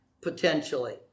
potentially